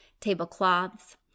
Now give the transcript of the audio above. tablecloths